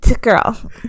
girl